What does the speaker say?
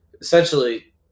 essentially